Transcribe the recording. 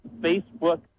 Facebook